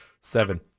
Seven